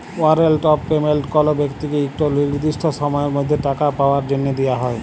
warrant of payment কল ব্যক্তিকে ইকট লিরদিসট সময়ের মধ্যে টাকা পাউয়ার জ্যনহে দিয়া হ্যয়